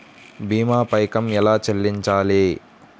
భీమా పైకం ఎలా చెల్లించాలి?